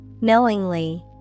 Knowingly